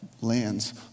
lands